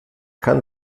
kann